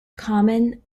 common